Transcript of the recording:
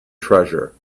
treasure